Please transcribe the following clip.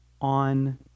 on